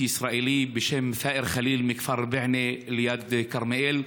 ישראלי בשם תאאר חליל מהכפר בענה ליד כרמיאל,